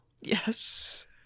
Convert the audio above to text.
Yes